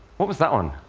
what was that one?